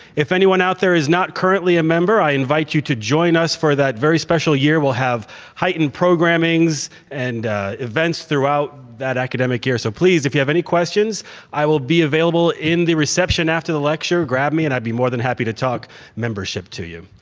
if anyone out there is not currently a member i invite you to join us for that very special year. we'll have heightened programmings and events throughout that academic year so please if you have any questions i will be available in the reception after the lecture. grab me and i'd be more than happy to talk membership to you.